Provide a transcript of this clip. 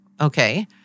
Okay